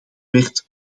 werd